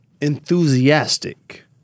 enthusiastic